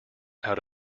out